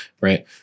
right